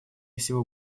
всего